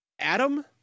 Adam